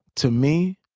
to me,